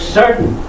certain